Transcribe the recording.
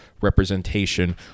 representation